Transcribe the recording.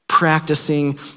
practicing